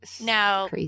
Now